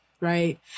right